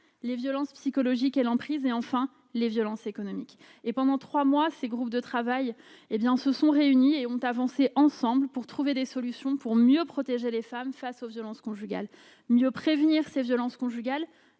les violences psychologiques, l'emprise et, enfin, les violences économiques. Pendant trois mois, ces groupes de travail se sont réunis et ont avancé ensemble afin de trouver des solutions pour mieux protéger les femmes face aux violences conjugales, pour mieux prévenir ces violences conjugales,